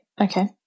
okay